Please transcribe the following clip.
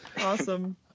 Awesome